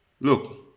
Look